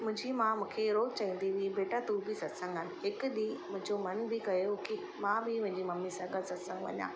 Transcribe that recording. मुंहिंजी माउ मूंखे रोज़ु चवंदी हुई बेटा तूं बि सतसंग आहे हिकु ॾींहुं मुंहिंजो मन बि कयो की मां बि वञा मुंहिंजी मम्मीअ सां गॾु सतसंग वञा